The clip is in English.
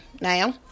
Now